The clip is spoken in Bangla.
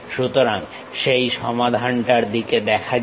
সুতরাং সেই সমাধানটার দিকে দেখা যাক